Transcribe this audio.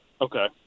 Okay